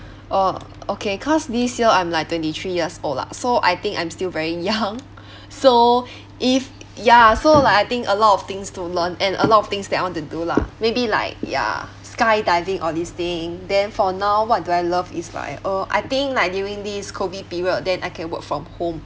uh okay cause this year I'm like twenty three years old lah so I think I'm still very young so if ya so like I think a lot of things to learn and a lot of things that I want to do lah maybe like ya skydiving all this thing then for now what do I love is like uh I think like during this COVID period then I can work from home